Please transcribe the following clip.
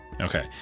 Okay